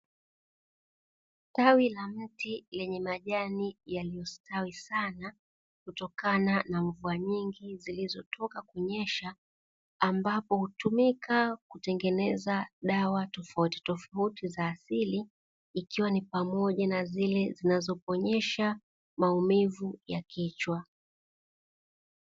Tawi la mti lenye majani yaliyostawi sana kutokana na mvua nyingi zilizotoka kunyesha ambapo utumika kutengeneza dawa tofautitofauti za asili zikiwa pamoja na zile zinazoponesha maumivu ya kichwa.